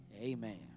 amen